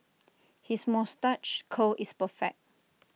his moustache curl is perfect